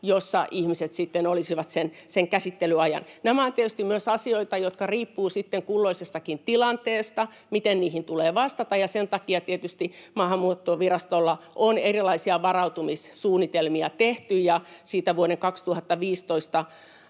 jossa ihmiset sitten olisivat sen käsittelyajan. Nämä ovat tietysti myös asioita, jotka riippuvat sitten kulloisestakin tilanteesta, miten niihin tulee vastata, ja sen takia tietysti Maahanmuuttovirastolla on tehty erilaisia varautumissuunnitelmia. Vuoden 2015